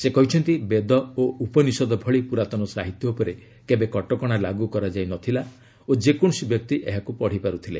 ସେ କହିଛନ୍ତି ବେଦ ଓ ଉପନିଷଦ ଭଳି ପୁରାତନ ସାହିତ୍ୟ ଉପରେ କେବେ କଟକଣା ଲାଗୁ କରାଯାଇ ନ ଥିଲା ଓ ଯେକୌଣସି ବ୍ୟକ୍ତି ଏହାକୁ ପଢ଼ିପାରୁଥିଲେ